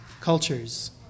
cultures